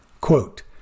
Quote